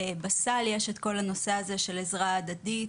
בסל יש את כל הנושא של העזרה ההדדית,